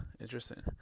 interesting